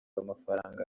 amafaranga